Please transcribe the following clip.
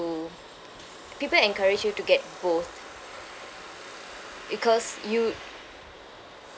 people encourage you to get both because you